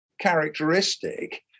characteristic